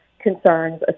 concerns